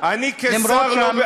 אף שהרשויות,